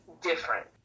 different